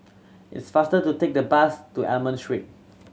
it is faster to take the bus to Almond Street